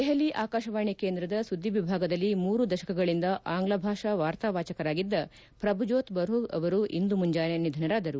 ದೆಹಲಿ ಆಕಾಶವಾಣಿ ಕೇಂದ್ರದ ಸುದ್ದಿ ವಿಭಾಗದಲ್ಲಿ ಮೂರು ದಶಕಗಳಿಂದ ಆಂಗ್ಲ ಭಾಷಾ ವಾರ್ತಾ ವಾಚಕರಾಗಿದ್ದ ಪ್ರಭುಜೋತ್ ಬರೂಪ ಅವರು ಇಂದು ಮುಂಜಾನೆ ನಿಧನರಾದರು